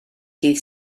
dydd